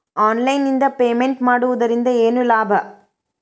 Online ನಿಂದ payment ಮಾಡುವುದರಿಂದ ಏನು ಲಾಭ?